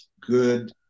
good